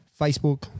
Facebook